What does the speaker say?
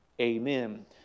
Amen